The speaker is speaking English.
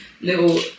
little